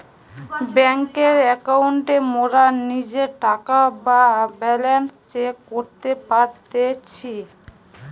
বেংকের একাউন্টে মোরা নিজের টাকা বা ব্যালান্স চেক করতে পারতেছি